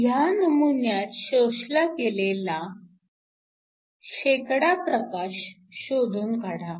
ह्या नमुन्यात शोषला गेलेला प्रकाश शोधून काढा